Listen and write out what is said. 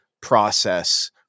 process